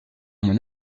mon